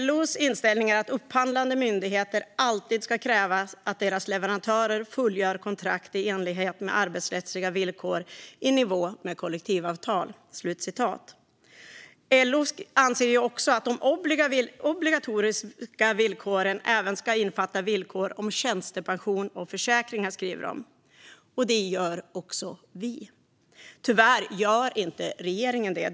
LOs inställning är att upphandlande myndigheter alltid ska kräva att deras leverantörer fullgör kontrakt i enlighet med arbetsrättsliga villkor i nivå med kollektivavtal." LO anser också att de obligatoriska villkoren även ska innefatta villkor om tjänstepension och försäkringar. Det gör också vi. Tyvärr gör inte regeringen det.